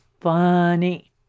funny